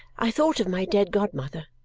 i thought of my dead godmother,